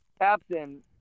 Captain